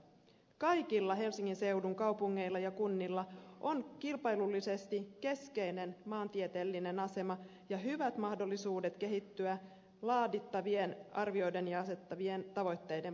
kaikilla helsingin seudun kaupungeilla ja kunnilla on kilpailullisesti keskeinen maantieteellinen asema ja hyvät mahdollisuudet kehittyä laadittavien arvioiden ja asetettavien tavoitteiden pohjalta